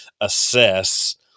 assess